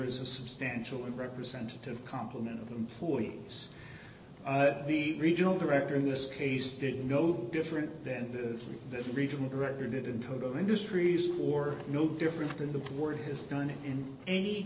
is a substantial and representative complement of the employees the regional director in this case didn't go different then this regional director did in total industries or no different than the word has done in any